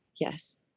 yes